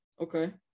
okay